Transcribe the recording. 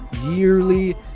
yearly